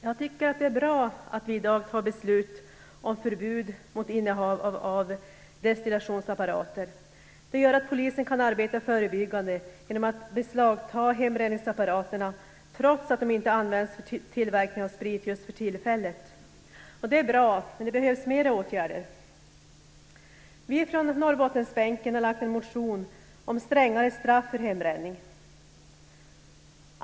Herr talman! Det är bra att vi i dag tar beslut om förbud mot innehav av destillationsapparater. Det gör att polisen kan arbeta förebyggande genom att beslagta hembränningsapparater trots att de inte används för tillverkning av sprit just för tillfället. Det är bra, men det behövs fler åtgärder. Vi från Norrbottensbänken har lagt en motion om strängare straff för hembränning.